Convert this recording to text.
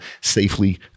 safely